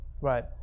Right